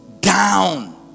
down